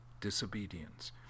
disobedience